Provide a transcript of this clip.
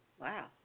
Wow